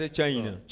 China